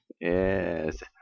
Yes